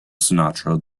sinatra